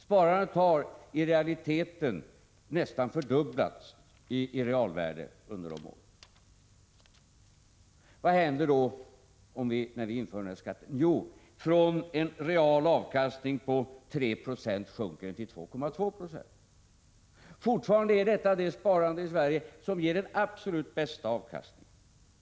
Sparandet har i realiteten nästan fördubblats i realvärde under dessa år. Vad händer då när vi inför den här skatten? Jo, den reala avkastningen sjunker från 3 2 till 2,2 96. Fortfarande är detta det sparande i Sverige som ger den absolut bästa avkastningen.